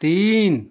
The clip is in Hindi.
तीन